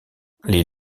les